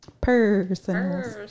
Personal